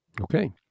Okay